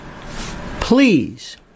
Please